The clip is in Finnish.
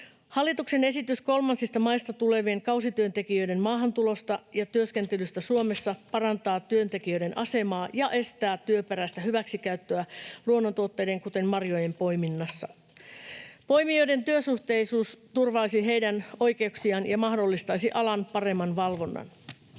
Hallituksen esitys kolmansista maista tulevien kausityöntekijöiden maahantulosta ja työskentelystä Suomessa parantaa työntekijöiden asemaa ja estää työperäistä hyväksikäyttöä luonnontuotteiden, kuten marjojen, poiminnassa. Poimijoiden työsuhteisuus turvaisi heidän oikeuksiaan ja mahdollistaisi alan paremman valvonnan.